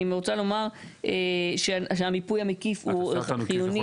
אבל אני רוצה לומר שהמיפוי המקיף הוא חיוני